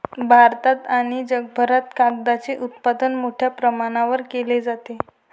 भारतात आणि जगभरात कागदाचे उत्पादन मोठ्या प्रमाणावर केले जाते